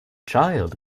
child